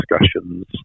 discussions